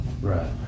Right